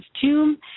tomb